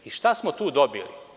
I šta smo tu dobili?